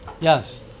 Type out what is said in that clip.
Yes